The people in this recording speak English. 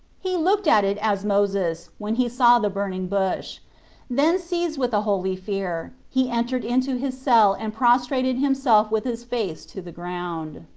he looked at it as moses when he saw the burning bush then seized with a holy fear, he entered into his cell and prostrated himself with his face to the ground.